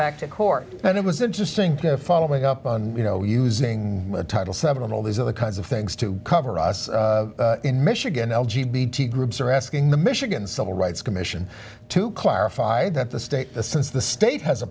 back to court and it was interesting to following up on you know using title seven and all these are the kinds of things to cover us in michigan l g b t groups are asking the michigan civil rights commission to clarify that the state the since the state has a